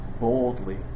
boldly